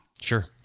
Sure